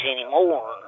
anymore